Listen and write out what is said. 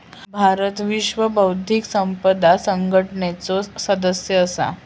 भारत विश्व बौध्दिक संपदा संघटनेचो सदस्य असा